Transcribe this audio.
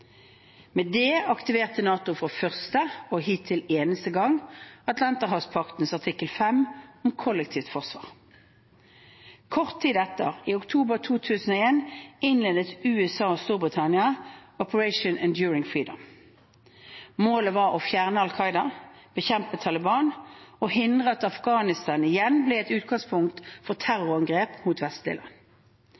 Med det aktiverte NATO for første – og hittil eneste – gang Atlanterhavspaktens artikkel 5 om kollektivt forsvar. Kort tid etter, i oktober 2001, innledet USA og Storbritannia Operation Enduring Freedom. Målet var å fjerne Al Qaida, bekjempe Taliban og hindre at Afghanistan igjen ble et utgangspunkt for